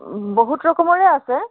বহুত ৰকমৰে আছে